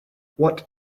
what